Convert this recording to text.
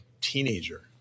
teenager